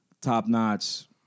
top-notch